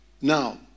Now